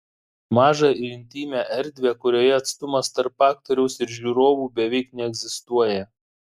mažą ir intymią erdvę kurioje atstumas tarp aktoriaus ir žiūrovų beveik neegzistuoja